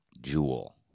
jewel